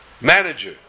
manager